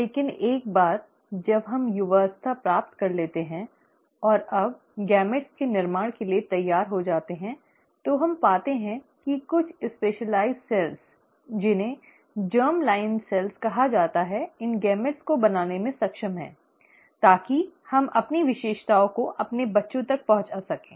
लेकिन एक बार जब युवावस्था प्राप्त कर लेते हैं और अब युग्मकों के निर्माण के लिए तैयार हो जाते हैं तो हम पाते हैं कि कुछ विशिष्ट कोशिकाएं जिन्हें जर्म लाइन कोशिकाएं कहा जाता है इन युग्मकों को बनाने में सक्षम हैं ताकि हम अपनी विशेषताओं को अपने बच्चों तक पहुंचा सकें